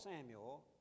Samuel